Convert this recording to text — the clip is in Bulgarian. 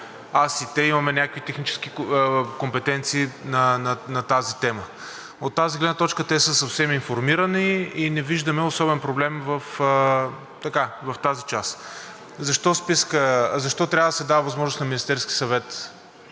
аз и те имаме някакви технически компетенции на тази тема. От тази гледна точка те са съвсем информирани и не виждаме особен проблем в тази част. Защо трябва да се дава възможност на Министерския съвет